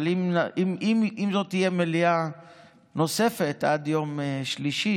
אבל אם תהיה מליאה נוספת עד יום שלישי,